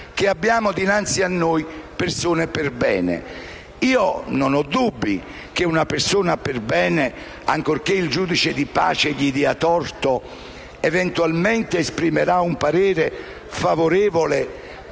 di avere dinanzi persone perbene. Io non ho dubbi che una persona perbene, ancorché il giudice di pace gli dia torto, eventualmente esprimerà su di lui un parere favorevole,